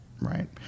right